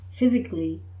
physically